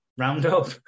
Roundup